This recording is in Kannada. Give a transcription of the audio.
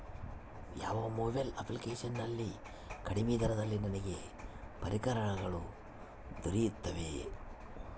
ಯಾವ ಮೊಬೈಲ್ ಅಪ್ಲಿಕೇಶನ್ ನಲ್ಲಿ ಕಡಿಮೆ ದರದಲ್ಲಿ ನನಗೆ ಪರಿಕರಗಳು ದೊರೆಯುತ್ತವೆ?